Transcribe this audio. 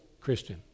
Christian